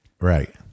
Right